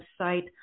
website